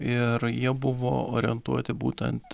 ir jie buvo orientuoti būtent